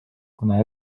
kuna